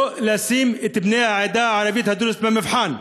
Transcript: לא לשים את בני העדה הערבית הדרוזית במבחן.